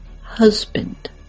husband